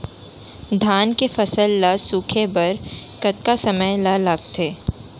धान के फसल ल सूखे बर कतका समय ल लगथे?